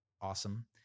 awesome